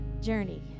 journey